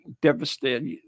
devastated